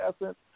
Essence